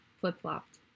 flip-flopped